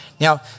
Now